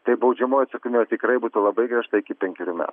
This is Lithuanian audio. tai baudžiamoji atsakomybė tikrai būtų labai griežta iki penkerių me